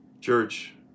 Church